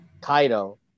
Kaido